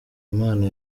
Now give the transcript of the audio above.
imana